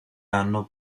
anno